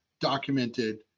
documented